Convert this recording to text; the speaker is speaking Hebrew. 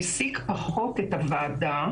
העסיק פחות את הוועדה,